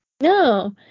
No